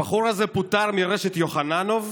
הבחור הזה פוטר מרשת יוחננוף,